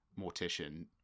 mortician